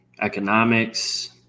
economics